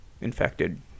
infected